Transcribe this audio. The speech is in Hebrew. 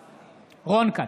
בעד רון כץ,